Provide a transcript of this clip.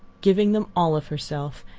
giving them all of herself,